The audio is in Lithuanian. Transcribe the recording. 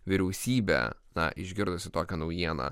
vyriausybė na išgirdusi tokią naujieną